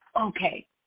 okay